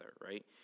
right